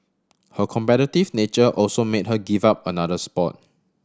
her competitive nature also made her give up another sport